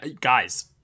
guys—